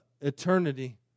eternity